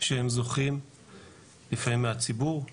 שהם זוכים לפעמים מהציבור,